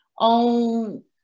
on